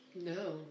No